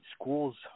schools